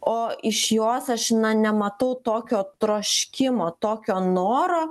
o iš jos aš nematau tokio troškimo tokio noro